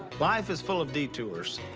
life is full of detours.